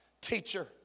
teacher